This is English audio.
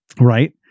right